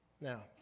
Now